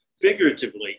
Figuratively